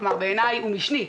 בעיני הוא משני,